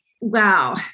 Wow